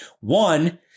One